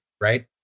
right